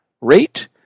rate